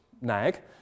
Nag